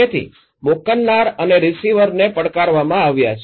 તેથી મોકલનાર અને રીસીવરોને પડકારવામાં આવ્યા છે